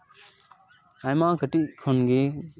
ᱟᱭᱢᱟ ᱠᱟᱹᱴᱤᱡ ᱠᱷᱚᱱ ᱜᱮ